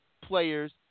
players